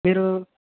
మీరు